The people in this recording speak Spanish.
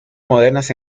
modernas